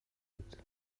بود